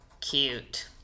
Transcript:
cute